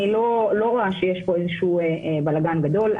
אני לא רואה שיש פה בלגן גדול.